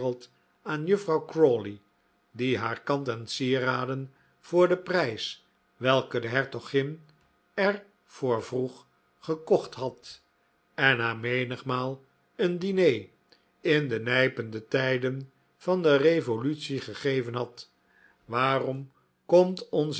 aan juffrouw crawley die haar kant en sieraden voor den prijs welken de hertogin er voor vroeg gekocht had en haar menigmaal een diner in de nijpende tijden van de revolutie gegeven had waarom komt